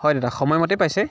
হয় দাদা সময়মতেই পাইছে